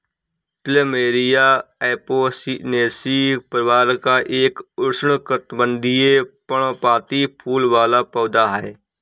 plumeria Apocynaceae परिवार का एक उष्णकटिबंधीय, पर्णपाती फूल वाला पौधा है